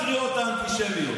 כל הקריאות האנטישמיות.